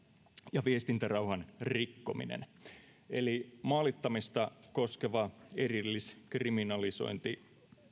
ja viestintärauhan rikkominen eli maalittamista koskevaa erilliskriminalisointia